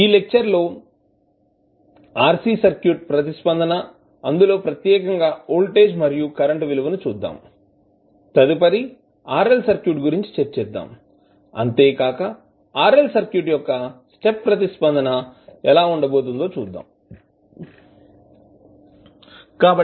ఈ లెక్చర్ లో RC circuit ప్రతిస్పందన అందులో ప్రత్యేకంగా వోల్టేజ్ మరియు కరెంట్ విలువ ని చూద్దాము తదుపరి RL సర్క్యూట్ గురించి చర్చిద్దాం అంతేకాక RL సర్క్యూట్ యొక్క స్టెప్ ప్రతిస్పందన ఎలా ఉండబోతుందో చూద్దాం